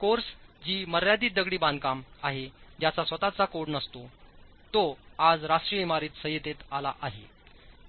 course जी मर्यादित दगडी बांधकाम आहे ज्याचा स्वतःचा कोड नसतो तो आज राष्ट्रीय इमारत संहितेत आला आहे